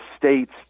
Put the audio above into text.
states